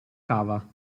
cava